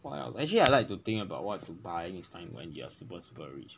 what else actually I like to think about what to buy next time when you are super super rich